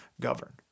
govern